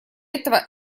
этого